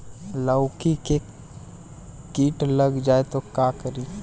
लौकी मे किट लग जाए तो का करी?